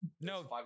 No